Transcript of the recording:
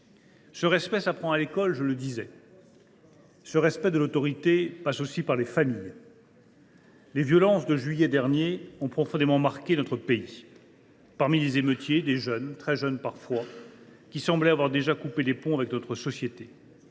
le respect s’apprend à l’école, il passe aussi par les familles. « Les violences de juillet dernier ont profondément marqué notre pays. Parmi les émeutiers, on a vu des jeunes, très jeunes parfois, qui semblaient avoir déjà coupé les ponts avec notre société,